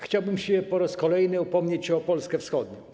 Chciałbym się po raz kolejny upomnieć o Polskę wschodnią.